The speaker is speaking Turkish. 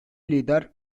lider